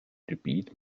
gebiet